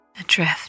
Adrift